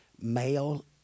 Male